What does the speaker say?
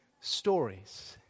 Stories